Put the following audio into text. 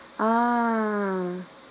ah